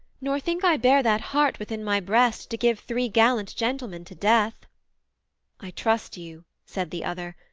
nor think i bear that heart within my breast, to give three gallant gentlemen to death i trust you said the other,